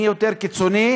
מי יותר קיצוני,